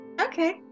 Okay